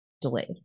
delayed